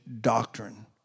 doctrine